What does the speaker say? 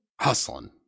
hustling